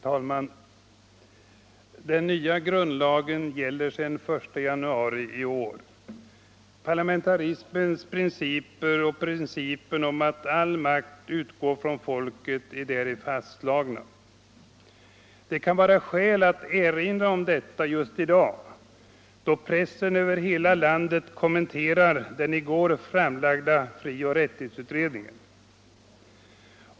Herr talman! Den nya grundlagen gäller sedan den 1 januari i år. Parlamentarismens principer och principen om att all makt utgår från folket är däri fastlagda. Det kan vara skäl att erinra om detta just i dag, då pressen över hela landet kommenterar den i går framlagda frioch rättighetsutredningen.